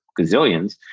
gazillions